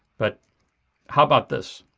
but how about this?